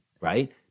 right